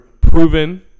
proven